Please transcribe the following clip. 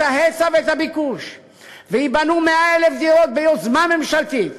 ההיצע ואת הביקוש ויבנו 100,000 דירות ביוזמה ממשלתית,